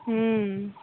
ହୁଁ